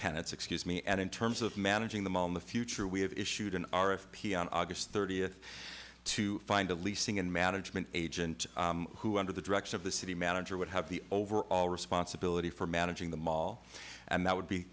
tenet's excuse me and in terms of managing the moma future we have issued an r f p on august thirtieth to find a leasing and management agent who under the direction of the city manager would have the overall responsibility for managing the mall and that would be